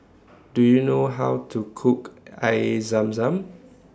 Do YOU know How to Cook Air Zam Zam